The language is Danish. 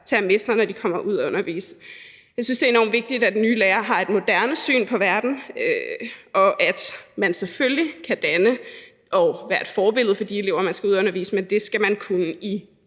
tager med sig, når de kommer ud at undervise. Jeg synes, det er enormt vigtigt, at nye lærere har et moderne syn på verden, og at man selvfølgelig kan danne og være et forbillede for de elever, man skal ud at undervise, men det skal man kunne